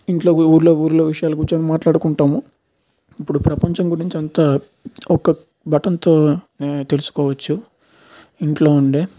ఇంట్లో ఊళ్ళో ఊళ్ళో విషయాలు కూర్చొని మాట్లాడుకుంటాం ఇప్పుడు ప్రపంచం గురించి అంత ఒక్క బటన్తో తెలుసుకోవచ్చు ఇంట్లో ఉండే